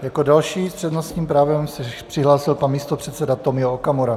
Jako další s přednostním právem se přihlásil pan místopředseda Tomio Okamura.